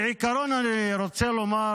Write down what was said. מכובדי היושב-ראש, כעיקרון אני רוצה לומר